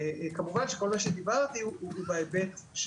כמובן שכל מה שדיברתי הוא בהיבט של